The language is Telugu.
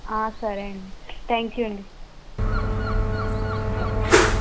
సరే అండి థ్యాంక్ యూ అండి